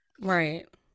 right